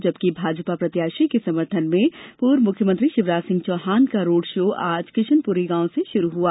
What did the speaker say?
जबकि भाजपा प्रत्याशी के समर्थन में पूर्व मुख्यमंत्री शिवराज सिंह चौहान का रोड शो आज किशनपुरी गांव से शुरू हुआ